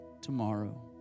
tomorrow